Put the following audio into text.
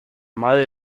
madre